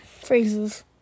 Phrases